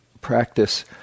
practice